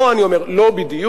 פה אני אומר: לא בדיוק.